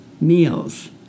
meals